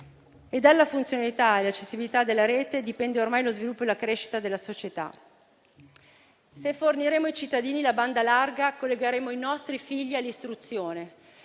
Dalla funzionalità e dall'accessibilità della rete dipendono ormai lo sviluppo e la crescita della società. Se forniremo ai cittadini la banda larga, collegheremo i nostri figli all'istruzione,